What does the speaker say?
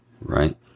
right